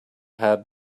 had